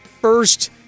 first